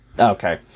Okay